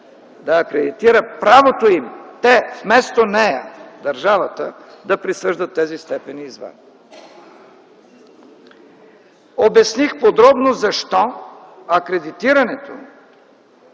да акредитира правото им те, вместо нея - държавата, да присъждат тези степени и звания. Обясних подробно защо акредитирането